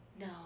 No